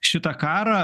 šitą karą